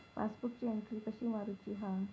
पासबुकाची एन्ट्री कशी मारुची हा?